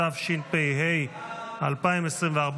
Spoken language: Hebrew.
התשפ"ה 2024,